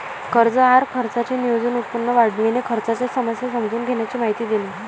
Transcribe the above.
कर्ज आहार खर्चाचे नियोजन, उत्पन्न वाढविणे, खर्चाच्या समस्या समजून घेण्याची माहिती देणे